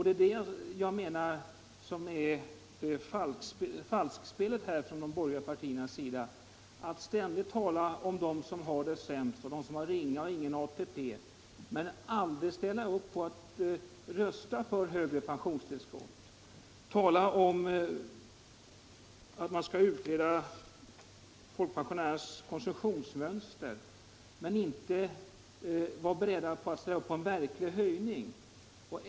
| Det är detta som jag menar är falskspel från de borgerliga partiernas sida. De talar ständigt om dem som har det sämst, och dem som har ringa eller ingen ATP, men de ställer aldrig upp och röstar för högre pensionstillskott. De talar om att man skall utreda folkpensionärernas konsumtionsmönster men är inte beredda att ställa upp på en verklig höjning.